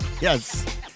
yes